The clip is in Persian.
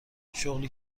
شغلی